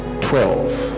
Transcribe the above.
twelve